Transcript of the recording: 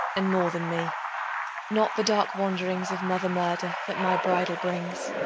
and more than me not the dark wanderings of mother-murder that my bridal brings,